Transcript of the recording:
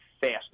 faster